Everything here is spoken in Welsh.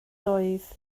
doedd